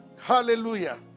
hallelujah